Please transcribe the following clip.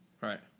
Right